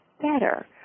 better